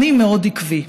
אני מאוד עקבי.